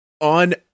on